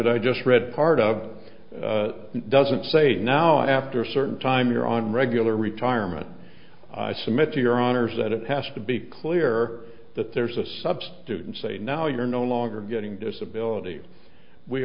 statute i just read part of it doesn't say now after a certain time you're on regular retirement i submit to your honor's that it has to be clear that there's a substitute and say now you're no longer getting disability we